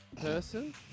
person